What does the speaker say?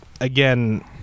again